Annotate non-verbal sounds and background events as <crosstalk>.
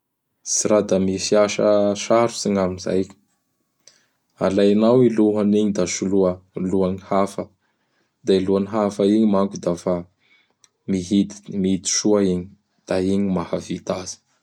Tsy ra da misy asa sarotsy gn' amizay. Alainao i lohany igny da soloa lohany hafa; da i lohany hafa igny manko dafa <noise> mihid mihidy soa igny; da igny mahavita azy.